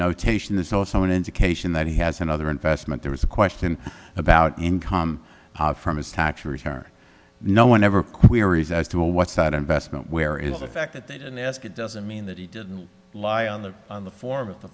notation this is also an indication that he has another investment there is a question about income from his tax return no one ever queries as to what side investment where is the fact that they didn't ask it doesn't mean that he didn't lie on the on the form of the